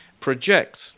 projects